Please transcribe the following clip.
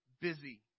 busy